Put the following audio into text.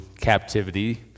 captivity